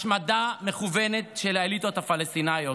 השמדה מכוונת של אליטות פלסטיניות.